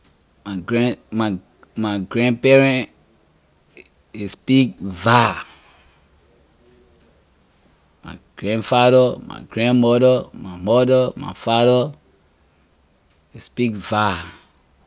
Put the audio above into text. My grand my my grand parent ley speak vai. my grand father my grand mother my mother my father ley speak vai.